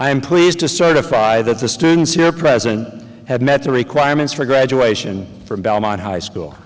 am pleased to certify that the students here present have met the requirements for graduation from belmont high school